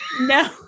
no